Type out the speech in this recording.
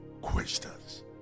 questions